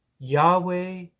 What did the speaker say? Yahweh